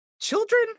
children